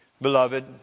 beloved